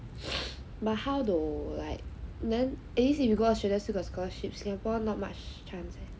but how though like then if you go Australia still got scholarship Singapore not much chance